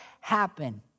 happen